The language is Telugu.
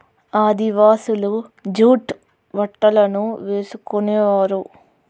ఆదివాసులు జూట్ బట్టలను వేసుకునేవారు